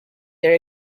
their